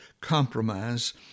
compromise